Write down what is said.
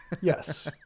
Yes